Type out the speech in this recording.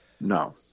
No